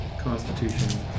constitution